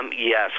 Yes